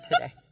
today